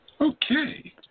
Okay